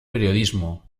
periodismo